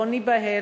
לא ניבהל.